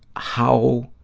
how